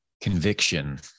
conviction